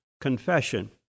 confession